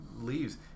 leaves